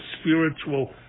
spiritual